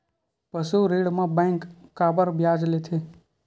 पशु ऋण म बैंक काबर ब्याज लेथे?